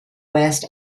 west